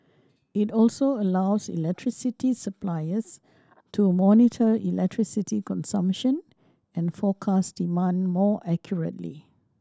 it also allows electricity suppliers to monitor electricity consumption and forecast demand more accurately